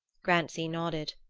grancy nodded.